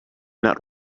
not